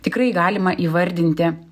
tikrai galima įvardinti